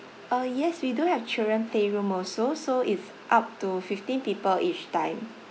uh yes we do have children playroom also so it's up to fifteen people each time